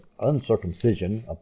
uncircumcision